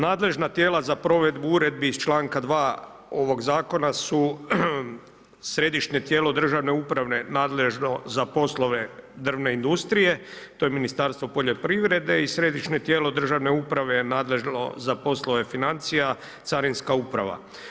Nadležna tijela za provedbu uredbi iz članka 2. ovog zakona su Središnje tijelo državne uprave nadležno za poslove drvne industrije, to je Ministarstvo poljoprivrede i Središnje tijelo državne uprave je nadležno za poslove financija, Carinska uprava.